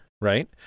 right